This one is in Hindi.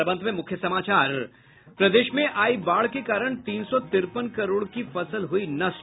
और अब अंत में मुख्य समाचार प्रदेश में आयी बाढ़ के कारण तीन सौ तिरपन करोड़ की फसल हुई नष्ट